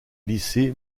lycée